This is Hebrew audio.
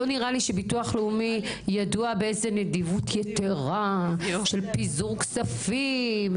לא נראה לי שביטוח לאומי ידוע בנדיבות יתירה של פיזור כספים,